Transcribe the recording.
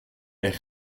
est